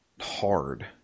hard